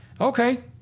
Okay